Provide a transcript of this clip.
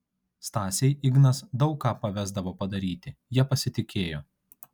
stasei ignas daug ką pavesdavo padaryti ja pasitikėjo